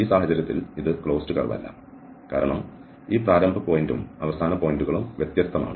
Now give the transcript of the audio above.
ഈ സാഹചര്യത്തിൽ ഇത് ഒരു ക്ലോസ്ഡ് കർവ് അല്ല കാരണം ഈ പ്രാരംഭ പോയിന്റും അവസാന പോയിന്റുകളും വ്യത്യസ്തമാണ്